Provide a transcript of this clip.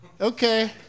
Okay